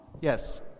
Yes